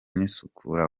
n’isukura